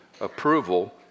approval